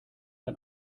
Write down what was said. ein